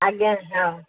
ଆଜ୍ଞା ହଁ